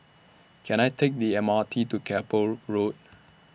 Can I Take The M R T to Keppel Road